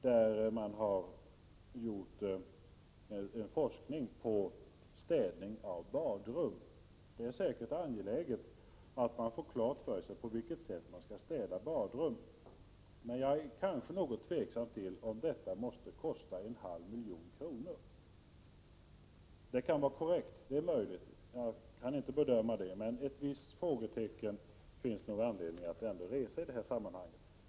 Det gäller forskning beträffande städning av badrum. Det är säkert angeläget att man får klart för sig på vilket sätt man skall städa badrum, men jag är kanske litet tveksam till om detta måste kosta en halv miljon kronor. Det är möjligt att det är korrekt. Jag kan inte bedöma detta, men det finns nog anledning att sätta ett frågetecken i det här sammanhanget.